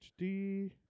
HD